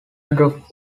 drop